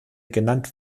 genannt